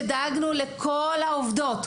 שדאגנו לכל העובדות,